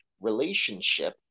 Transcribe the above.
relationship